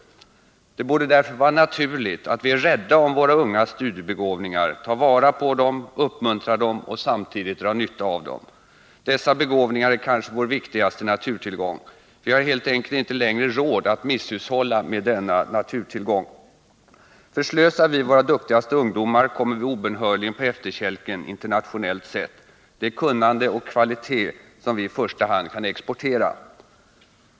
Det borde därför vara naturligt att vi är rädda om våra unga studiebegåvningar, tar vara på dem, uppmuntrar dem och samtidigt drar nytta av dem. Dessa begåvningar är kanske vår viktigaste naturtillgång. Förslösar vi våra duktigaste ungdomar kommer vi obönhörligen på efterkälken, internationellt sett. Det är kunnande och kvalitet som vi i första hand kan exportera.